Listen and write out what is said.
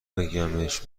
بگمش